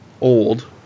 old